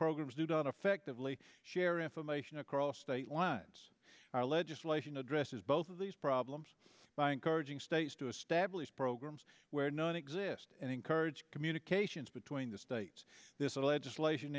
programs to done effectively share information across state lines our legislation addresses both of these problems by encouraging states to establish programs where none exist and encourage communications between the states this legislation